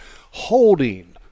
holding